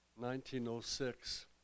1906